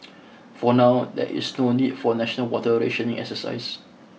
for now there is no need for national water rationing exercises